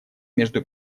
между